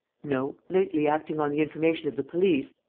no. lately, acting on the information of the police,